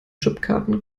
chipkarten